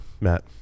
matt